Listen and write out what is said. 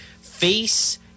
face